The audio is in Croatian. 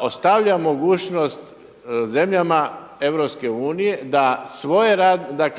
ostavlja mogućnost zemljama EU da